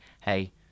hey